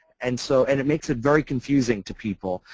and so and it makes it very confusing to people.